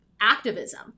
activism